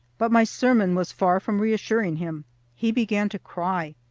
but my sermon was far from reassuring him he began to cry,